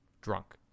drunk